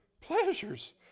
pleasures